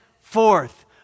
forth